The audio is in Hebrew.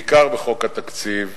בעיקר בחוק התקציב,